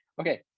Okay